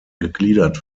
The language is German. gegliedert